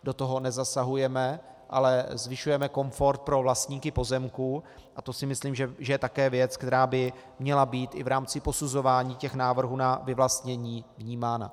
Do toho nezasahujeme, ale zvyšujeme komfort pro vlastníky pozemků a to si myslím, že je také věc, která by měla být i v rámci posuzování těch návrhů na vyvlastnění vnímána.